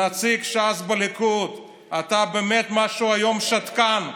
נציג ש"ס בליכוד, אתה באמת משהו היום, שתקן.